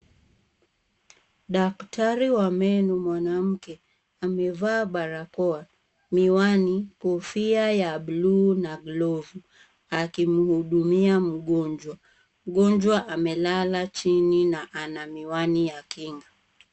Daktari wa meno mwanamke, amevaa barakoa, miwani, kofia ya buluu na glovu akimhudumia mgojwa. Mgonjwa amelala chini na amevaa miwani ya kinga.